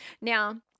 Now